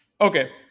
Okay